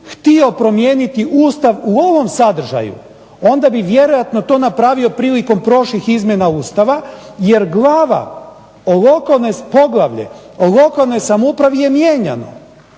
htio promijeniti Ustav u ovom sadržaju onda bi vjerojatno to napravio prilikom prošlih izmjena Ustava jer glava, poglavlje o lokalnoj samoupravi je mijenjano.